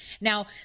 Now